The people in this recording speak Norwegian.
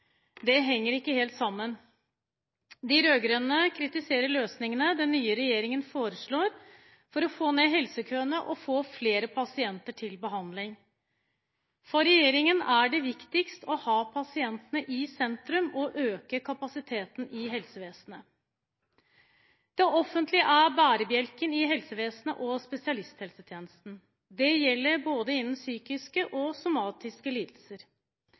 Det henger ikke helt sammen. De rød-grønne kritiserer løsningene den nye regjeringen foreslår for å få ned helsekøene og for å få flere pasienter til behandling. For regjeringen er det viktigst å ha pasientene i sentrum og øke kapasiteten i helsevesenet. Det offentlige er bærebjelken i helsevesenet og spesialisthelsetjenesten. Det gjelder både innen psykiske og somatiske lidelser.